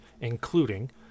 including